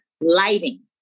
lighting